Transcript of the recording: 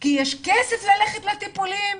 כי יש כסף ללכת לטיפולים,